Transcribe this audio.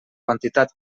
quantitat